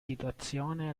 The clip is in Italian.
situazione